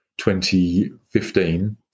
2015